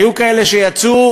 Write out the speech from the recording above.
היו כאלה שיצאו